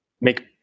make